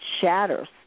shatters